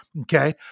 Okay